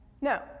No